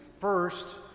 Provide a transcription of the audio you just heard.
First